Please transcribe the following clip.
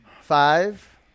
Five